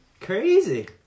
Crazy